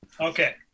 Okay